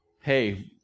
Hey